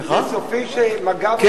זה סופי שמג"ב, ?